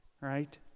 right